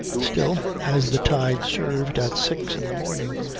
still, as the tide served at six in the morning,